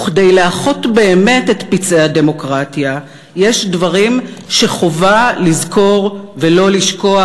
וכדי לאחות באמת את פצעי הדמוקרטיה יש דברים שחובה לזכור ולא לשכוח,